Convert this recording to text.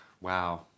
wow